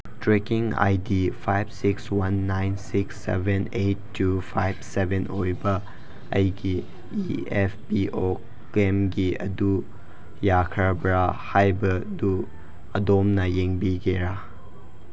trekking I D five six one nine six seven eight two five seven ꯑꯣꯏꯕ ꯑꯩꯒꯤ E F P O ꯀ꯭ꯂꯦꯝꯒꯤ ꯑꯗꯨ ꯌꯥꯈ꯭ꯔꯕꯔꯥ ꯍꯥꯏꯕꯗꯨ ꯑꯗꯣꯝꯅ ꯌꯦꯡꯕꯤꯒꯦꯔꯥ